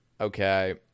Okay